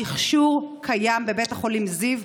המכשור קיים בבית החולים זיו,